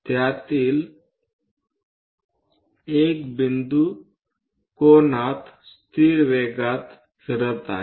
त्यातील एक बिंदू कोनात स्थिर वेगात फिरत आहे